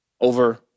over